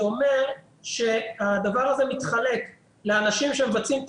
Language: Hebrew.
זה אומר שהדבר הזה נחלק לאנשים שמבצעים את